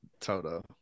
Toto